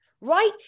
right